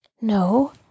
No